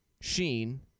Sheen